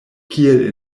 kiel